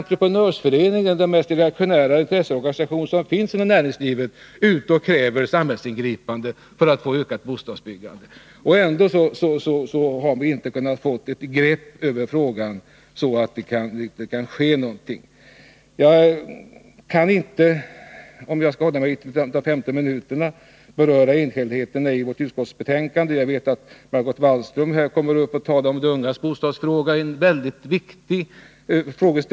Entreprenörsföreningen, som är den mest reaktionära intresseorganisation som finns inom näringslivet — ett samhällsingripande för att få till stånd ett ökat bostadsbyggande. Man har ändå inte kunnat få grepp över frågan, så att det kan ske någonting. Jag kan inte, om jag skall hålla mig inom de 15 minuterna, beröra enskildheterna i utskottsbetänkandet. Jag vet att Margot Wallström kommer att tala om de ungas bostadsproblem, som är en väldigt viktig fråga.